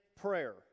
prayer